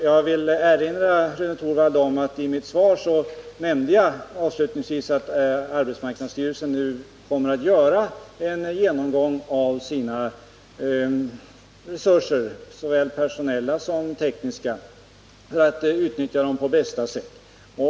Jag vill erinra Rune Torwald om att jag i mitt svar avslutningsvis nämnde att arbetsmarknadsstyrelsen avser att gå igenom sina resurser, såväl personella som tekniska, för att utröna hur man skall kunna utnyttja dem på bästa sätt.